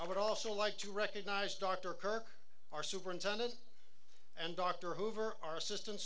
i would also like to recognize dr kirk our superintendent and dr hoover our assistant